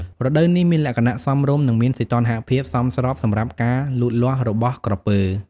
រដូវនេះមានលក្ខណៈសមរម្យ និងមានសីតុណ្ហភាពសមស្របសម្រាប់ការលូតលាស់របស់ក្រពើ។